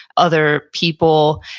other people?